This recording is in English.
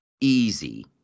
easy